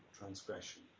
Transgression